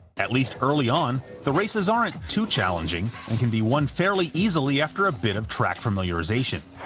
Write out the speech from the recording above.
at least early on, the races aren't too challenging, and can be won fairly easily after a bit of track familiarization.